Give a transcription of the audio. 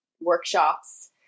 workshops